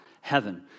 heaven